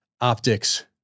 optics